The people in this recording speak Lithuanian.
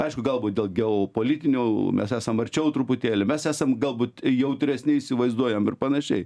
aišku galbūt dėl geopolitinių mes esam arčiau truputėlį mes esam galbūt jautresni įsivaizduojam ir panašiai